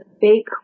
fake